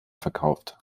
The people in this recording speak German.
verkauft